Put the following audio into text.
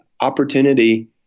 opportunity